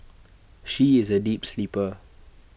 she is A deep sleeper